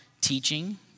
teaching